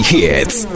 Hits